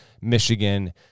Michigan